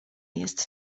jest